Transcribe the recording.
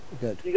Good